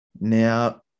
Now